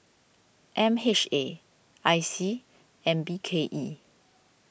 M H A I C and B K E